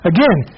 Again